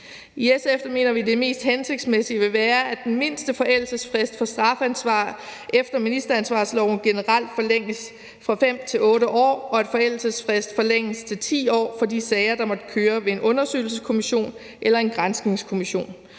I SF mener vi, at det mest hensigtsmæssige vil være, at den mindste forældelsesfrist for strafansvar efter ministeransvarsloven generelt forlænges fra 5 til 8 år, og at forældelsesfristen forlænges til 10 år for de sager, der måtte køre ved en undersøgelseskommission eller en granskningskommission.